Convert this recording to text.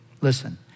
Listen